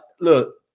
look –